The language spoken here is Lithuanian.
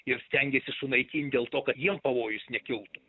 ir stengėsi sunaikint dėl to kad jiem pavojus nekiltų